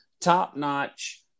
top-notch